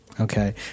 Okay